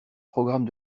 programme